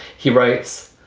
he writes.